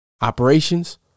Operations